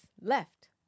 left